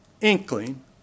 inkling